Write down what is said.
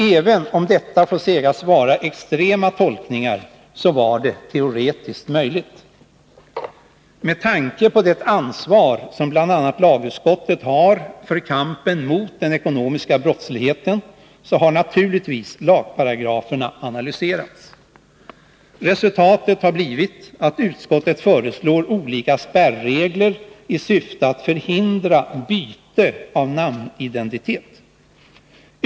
Även om detta får sägas vara extrema tolkningar så är det teoretiskt möjligt. Med tanke på det ansvar som bl.a. lagutskottet har för kampen mot den ekonomiska brottsligheten så har naturligtvis lagparagraferna analyserats. Resultatet har blivit att utskottet föreslår olika spärregler i syfte att förhindra byte av namnidentitet.